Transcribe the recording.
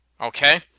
okay